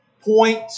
point